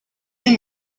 une